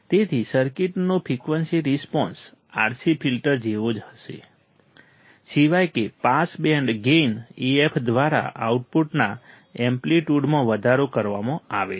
તેથી સર્કિટનો frequency response RC filter જેવો જ હશે સિવાય કે પાસ બેન્ડ ગેઇન AF દ્વારા આઉટપુટના એમ્પ્લિટ્યુડમાં વધારો કરવામાં આવે છે